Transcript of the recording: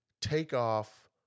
takeoff